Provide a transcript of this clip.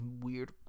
weird